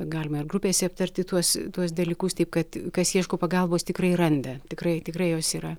galima ir grupėse aptarti tuos tuos dalykus taip kad kas ieško pagalbos tikrai randa tikrai tikrai jos yra